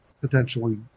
potentially